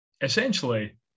essentially